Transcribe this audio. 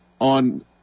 on